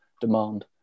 demand